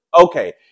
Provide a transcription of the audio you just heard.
Okay